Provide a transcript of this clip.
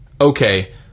okay